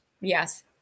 Yes